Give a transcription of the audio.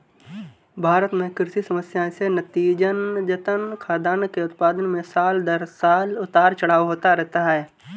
भारत में कृषि समस्याएं से नतीजतन, खाद्यान्न के उत्पादन में साल दर साल उतार चढ़ाव होता रहता है